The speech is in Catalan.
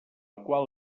qual